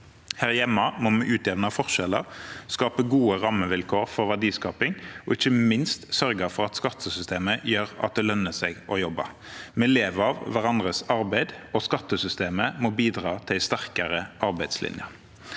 hjemme må vi utjevne forskjeller, skape gode rammevilkår for verdiskaping og ikke minst sørge for at skattesystemet gjør at det lønner seg å jobbe. Vi lever av hverandres arbeid, og skattesystemet må bidra til en sterkere arbeidslinje.